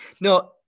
No